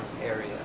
area